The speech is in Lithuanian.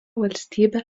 valstybė